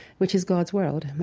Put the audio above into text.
which is god's world.